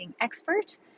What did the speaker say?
Expert